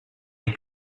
avec